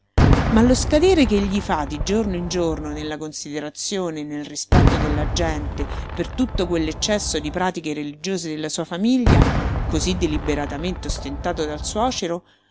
ma lo scadere ch'egli fa di giorno in giorno nella considerazione e nel rispetto della gente per tutto quell'eccesso di pratiche religiose della sua famiglia cosí deliberatamente ostentato dal suocero